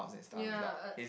ya uh